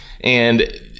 And-